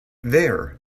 there